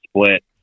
split